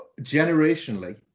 generationally